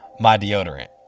my deodorant.